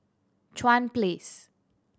Chuan Place